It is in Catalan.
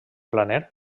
planer